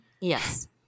Yes